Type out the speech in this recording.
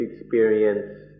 experience